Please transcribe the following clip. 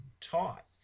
taught